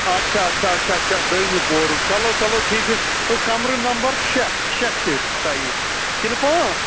اَچھا اَچھا اَچھا اَچھا دوٚیمہِ پورُک چلو چلو ٹھیٖک کَمرٕ نمبر شےٚ شےٚ چھِ تۄہہِ کِنہٕ پانٛژھ